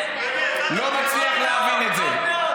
לא מצליח להבין את זה.